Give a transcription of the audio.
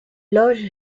loge